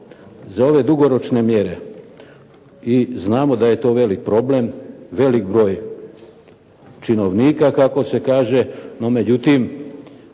za ove dugoročne mjere. I znamo da je to veliki problem, velik broj činovnika kako se kaže. No međutim,